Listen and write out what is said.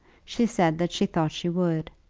she said that she thought she would.